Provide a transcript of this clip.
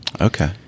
Okay